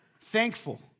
Thankful